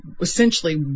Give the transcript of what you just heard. essentially